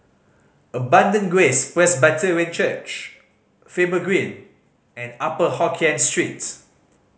Abundant Grace Presbyterian Church Faber Green and Upper Hokkien Street